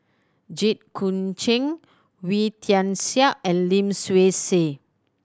Jit Koon Ch'ng Wee Tian Siak and Lim Swee Say